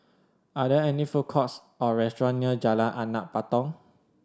are there any food courts or restaurants near Jalan Anak Patong